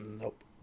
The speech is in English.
Nope